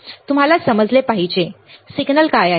तुम्हाला समजले पाहिजे सिग्नल काय आहे